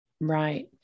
right